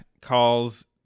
calls